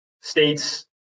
states